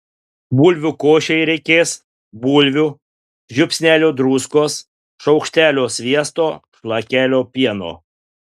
bulvių košei reikės bulvių žiupsnelio druskos šaukštelio sviesto šlakelio pieno